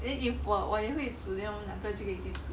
then if 我我也会煮 then 我们两个可以一起煮